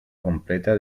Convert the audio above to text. completa